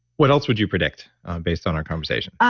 what else would you predict based on our conversation?